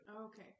okay